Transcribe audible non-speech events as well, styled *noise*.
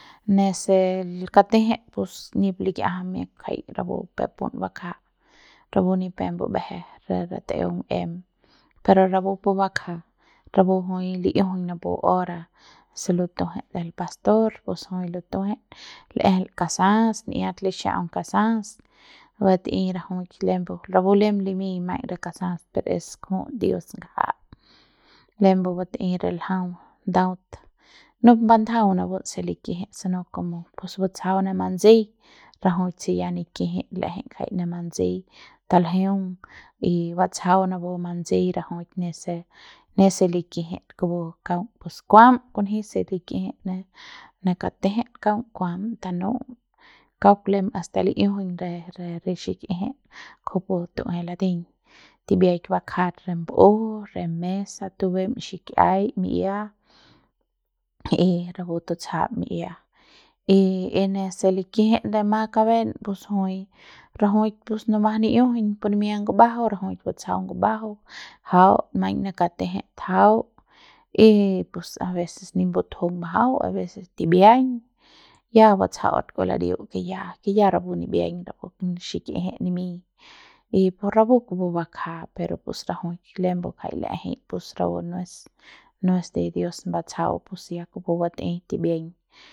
Nese katejet *noise* pus nip likiajam miak ngjai rapu peuk pun bakja rapu ni pe bumbje re rateung em pero rapu pu bakja rapu jui li'ijuiñ napu hora se lutuejet el pastor pus jui lutuejet l'ejel kasa'as n'iat lixa'aung kasa'as bat'ei rajuik lembu rapu lem limiñ maiñ re kasa'as per es kju'uts dios ngja lembu batei re ljau ndaut numbandaju napun se likijit si no komo pus batsjau pu manseiñ rajuik se ya nikijit l'ejei ngja ne manseiñ taljeun y batsjau napu manseiñ rajuik ne se ne se likijit de kupu kauk pus kuam kunji se likijit ne ne katejet kaung kuam tanu'um kauk lem hasta li'ijuiñ re re xikjit kupu tu'ue lateiñ tibiaik bakjat re mbuju re mesa tubem xikiai mi'ia y rapu tutsjam mi'ia y nese likijit dema kabet pus jui rajuik pus nomas ni'ijuiñ pu nimia ngumbajau rajuik batsjau ngumbajau jaut maiñ ne katejet jau y pus aveces ni batjung majau aveces tipbiaiñ ya batsjaut kua ladiu ke ya ke ya rapu xikijit nimiñ y pu rapu pu bakja per pus rajuik lembe ngjai l'ejei pus rapu no es no es de dios batsjau pus ya kupu batei timbiaiñ.